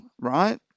right